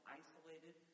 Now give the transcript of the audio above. isolated